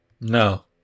no